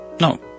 No